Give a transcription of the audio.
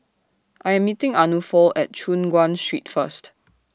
I Am meeting Arnulfo At Choon Guan Street First